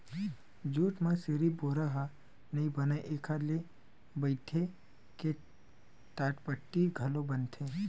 jute म सिरिफ बोरा ह नइ बनय एखर ले बइटे के टाटपट्टी घलोक बनथे